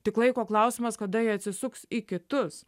tik laiko klausimas kada ji atsisuks į kitus